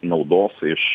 naudos iš